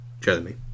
Jeremy